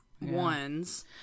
ones